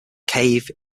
cave